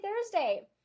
Thursday